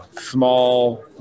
small